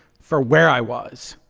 for where i was.